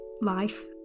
life